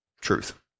truth